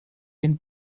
ihren